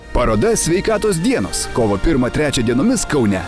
paroda sveikatos dienos kovo pirmą trečią dienomis kaune